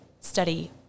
study